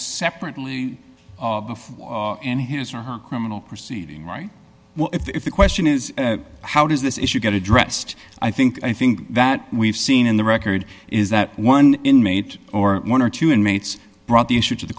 separately before in his or her criminal proceeding right what if the question is how does this issue get addressed i think i think that we've seen in the record is that one inmate or one or two inmates brought the issue to the